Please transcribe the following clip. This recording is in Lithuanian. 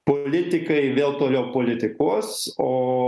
politikai vėl toliau politikuos o